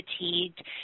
fatigued